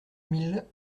mille